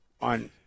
on